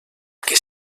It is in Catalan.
que